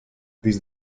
this